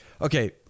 okay